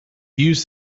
use